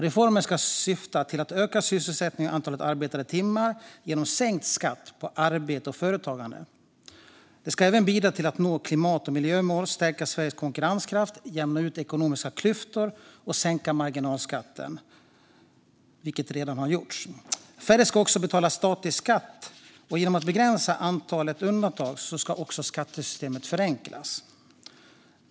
Reformen ska syfta till att öka sysselsättningen och antalet arbetade timmar genom sänkt skatt på arbete och företagande. Den ska även bidra till att nå klimat och miljömål, stärka Sveriges konkurrenskraft, jämna ut ekonomiska klyftor och sänka marginalskatten, vilket redan har gjorts. Färre ska också betala statlig skatt, och genom att begränsa antalet undantag ska skattesystemet förenklas.